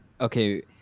okay